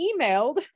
emailed